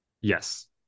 yes